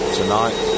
tonight